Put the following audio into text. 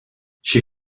she